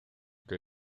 que